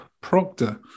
Proctor